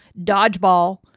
Dodgeball